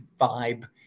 vibe